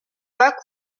bas